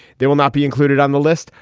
they will not be included on the list,